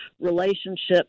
relationships